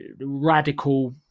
radical